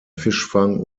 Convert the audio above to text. fischfang